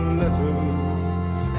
letters